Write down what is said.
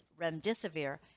remdesivir